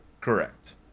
Correct